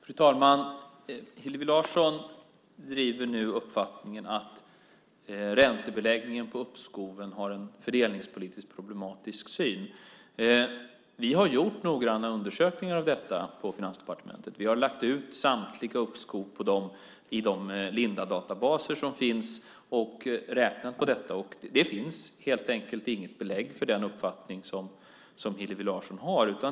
Fru talman! Hillevi Larsson driver nu uppfattningen att räntebeläggningen på uppskoven har en fördelningspolitiskt problematisk effekt. Vi har gjort noggranna undersökningar av detta på Finansdepartementet. Vi har lagt ut samtliga uppskov i de Lindadatabaser som finns och räknat på detta, och det finns helt enkelt inget belägg för den uppfattning som Hillevi Larsson har.